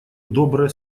добрые